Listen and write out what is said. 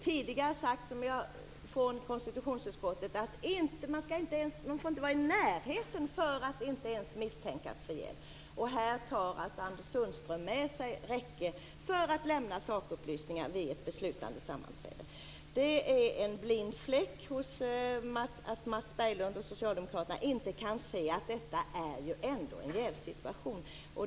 Tidigare har konstitutionsutskottet sagt att man inte ens får vara i närheten för att man inte skall kunna misstänkas för jäv. Här tar alltså Anders Sundström med sig Rekke för att lämna sakupplysningar vid ett beslutande sammanträde. Det finns en blind fläck hos Mats Berglind och Socialdemokraterna som gör att de inte kan se att detta är en jävssituation.